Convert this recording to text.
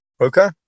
Okay